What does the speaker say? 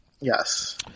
Yes